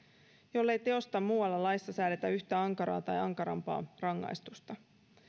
jollei teosta muualla laissa säädetä yhtä ankaraa tai ankarampaa rangaistusta